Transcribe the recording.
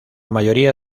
mayoría